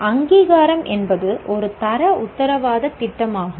அங்கீகாரம் என்பது ஒரு தர உத்தரவாதத் திட்டமாகும்